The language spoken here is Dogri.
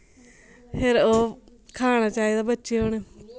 फिर ओह् खाना चाहिदा बच्चें गी हुन